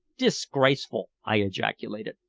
disgraceful! i ejaculated.